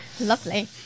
Lovely